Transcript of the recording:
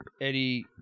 Eddie